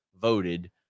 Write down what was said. voted